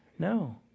No